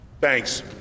thanks